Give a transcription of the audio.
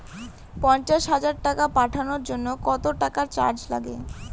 পণ্চাশ হাজার টাকা পাঠানোর জন্য কত টাকা চার্জ লাগবে?